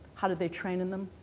how did they train in them?